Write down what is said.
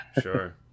Sure